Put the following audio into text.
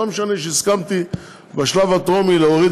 לא משנה שהסכמתי בשלב הטרומי להוריד